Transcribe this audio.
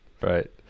Right